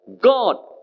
God